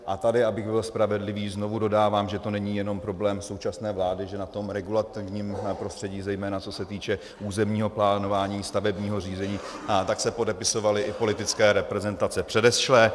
A tady, abych byl spravedlivý, znovu dodávám, že to není jenom problém současné vlády, že na tom regulativním prostředí, zejména co se týče územního plánování, stavebního řízení, se podepisovaly i politické reprezentace předešlé.